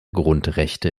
grundrechte